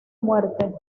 muerte